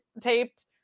taped